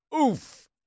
Oof